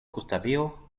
gustavio